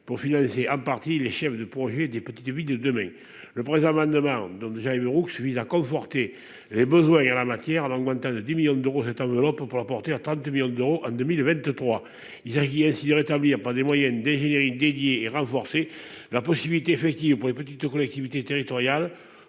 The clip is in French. pour financer en partie les chefs de projet, des petites Villes de demain le présent amendement donc j'déjà Brooks vise à conforter les besoins et en la matière, alors lointain de 10 millions d'euros, cette enveloppe pour la porter à 30 millions d'euros en 2023, il s'agit ainsi de rétablir par des moyens des génériques dédié et renforcer la possibilité effective pour les petites collectivités territoriales,